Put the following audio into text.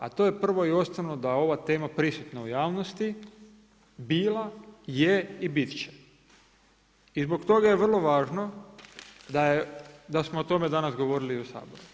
A to je prvo i osnovno da ova tema prisutna u javnosti bila je i bit će i zbog toga je vrlo važno da smo o tome danas govorili i u Saboru.